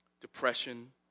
depression